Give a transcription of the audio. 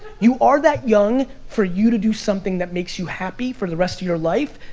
you are that young for you to do something that makes you happy for the rest of your life.